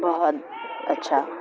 بہت اچھا